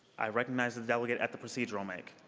i recognize the delegate at the procedural mic.